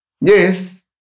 Yes